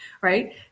Right